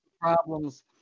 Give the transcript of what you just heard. problems